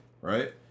right